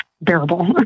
bearable